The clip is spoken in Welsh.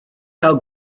gael